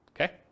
Okay